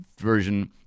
version